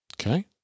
okay